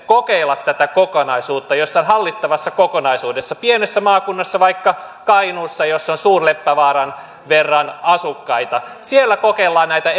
kokeilla tätä kokonaisuutta jossain hallittavassa kokonaisuudessa pienessä maakunnassa vaikka kainuussa jossa on suur leppävaaran verran asukkaita siellä kokeilla näitä